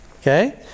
Okay